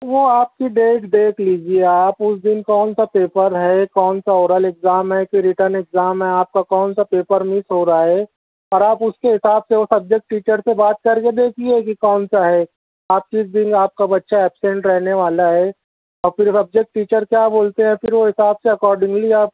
وہ آپ کی ڈیٹ دیکھ لیجیے آپ اُس دِن کون سا پیپر ہے کون سا اورل ایگزام ہے کہ رٹن ایگزام ہے آپ کا کون سا پیپر مس ہو رہا ہے اور آپ اُس کے حساب سے وہ سبجکٹ ٹیچر سے بات کر کے دیکھیے کہ کون سا ہے آپ کس دِن آپ کا بچہ اپسنٹ رہنے والا ہے اور پھر سجکٹ ٹیچر کیا بولتے ہیں پھر وہ حساب سے اکارڈنگلی آپ